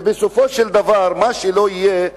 ובסופו של דבר, מה שלא יהיה,